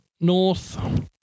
North